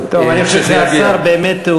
אני חושב שהשר באמת,